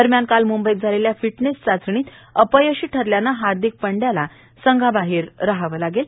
दरम्यान काल मुंबईत झालेल्या फिटनेस चाचणीत अपयशी ठरल्यानं हार्दिक पंड्याला संघाबाहेर रहावं लागेल